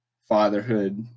fatherhood